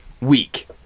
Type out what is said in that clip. week